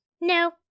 No